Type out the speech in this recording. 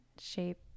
shape